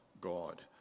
God